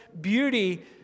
beauty